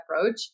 approach